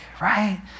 right